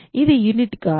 కాబట్టి ఇది యూనిట్ కాదు